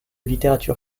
littérature